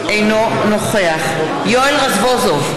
אינו נוכח יואל רזבוזוב,